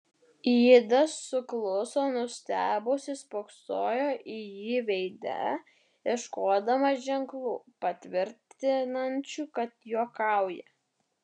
ida sukluso nustebusi spoksojo į jį veide ieškodama ženklų patvirtinančių kad juokauja